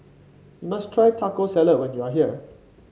you must try Taco Salad when you are here